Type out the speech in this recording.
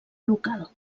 local